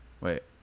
Wait